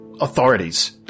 authorities